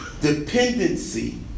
dependency